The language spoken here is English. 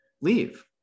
leave